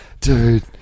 Dude